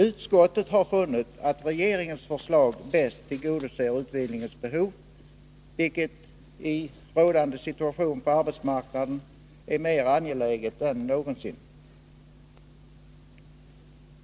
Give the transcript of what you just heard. Utskottet har funnit att regeringens förslag bäst tillgodoser utbildningens behov, vilket i rådande situation på arbetsmarknaden är mer angeläget än någonsin.